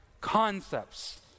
concepts